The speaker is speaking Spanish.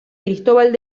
cristóbal